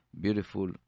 beautiful